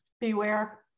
beware